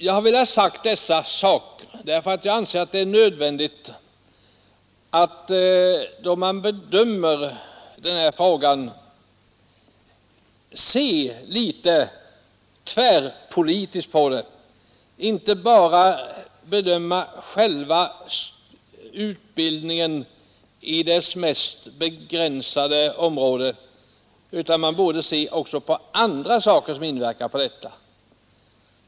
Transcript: Jag har velat säga detta därför att jag anser att det är nödvändigt att bedöma den här frågan så att säga tvärpolitiskt; man bör inte bara ta med själva utbildningen som sådan i bedömningen utan även annat, som äl att utbildningsutskottet måste se på inverkar härvidlag.